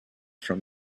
from